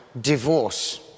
divorce